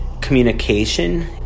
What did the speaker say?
communication